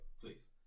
please